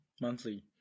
Monthly